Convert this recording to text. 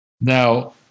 Now